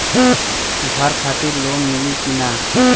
घर खातिर लोन मिली कि ना?